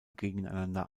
gegeneinander